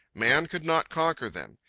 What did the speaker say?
man could not conquer them.